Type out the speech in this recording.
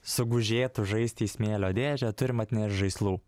sugužėtų žaisti į smėlio dėžę turim atnešt žaislų